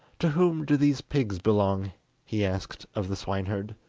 to whom do these pigs belong he asked of the swineherd.